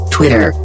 Twitter